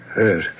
Yes